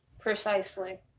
Precisely